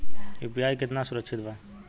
UPI कितना सुरक्षित बा?